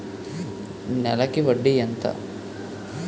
నెలకి వడ్డీ ఎంత?